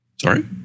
Sorry